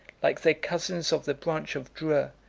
like their cousins of the branch of dreux,